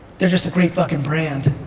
they're just a great fuckin' brand.